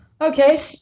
Okay